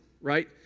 right